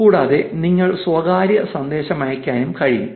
കൂടാതെ നിങ്ങൾക്ക് സ്വകാര്യ സന്ദേശമയയ്ക്കാനും കഴിയും